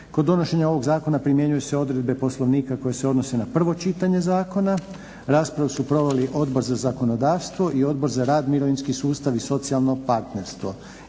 Kod donošenja ovog zakona primjenjuju se odredbe Poslovnika koje se odnose na prvo čitanje zakona. Raspravu su proveli Odbor za zakonodavstvo i Odbor za rad, mirovinski sustav i socijalno partnerstvo.